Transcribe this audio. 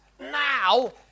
now